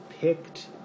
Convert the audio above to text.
picked